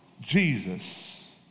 Jesus